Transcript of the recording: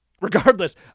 regardless